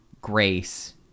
grace